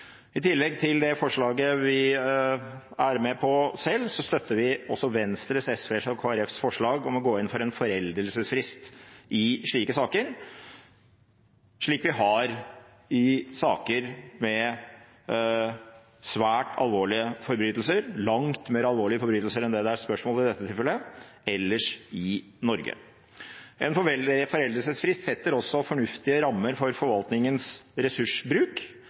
I tillegg til representantforslaget, som vi er med på selv, støtter vi også Venstre, SV og Kristelig Folkepartis forslag om å gå inn for en foreldelsesfrist i slike saker, slik vi har i saker med svært alvorlige forbrytelser – langt mer alvorlige forbrytelser enn det det er spørsmål om ved dette tilfellet – ellers i Norge. En foreldelsesfrist setter også fornuftige rammer for forvaltningens ressursbruk,